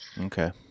Okay